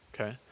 Okay